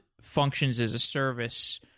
functions-as-a-service